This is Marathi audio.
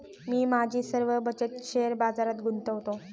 मी माझी सर्व बचत शेअर बाजारात गुंतवतो